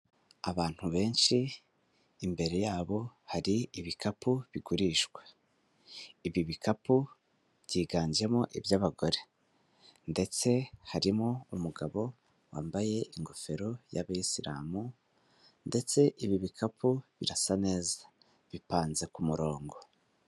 Abantu benshi imbere yabo hari ibikapu bigurishwa, ibi bi bikapu byiganjemo iby'abagore ndetse harimo umugabo wambaye ingofero y'abayisilamu ndetse ibi bikapu birasa neza bipanze ku murongo.